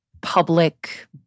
public